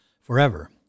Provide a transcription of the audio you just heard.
forever